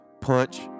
Punch